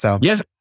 Yes